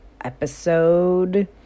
episode